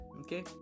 okay